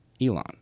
Elon